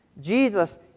Jesus